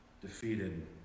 defeated